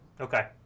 Okay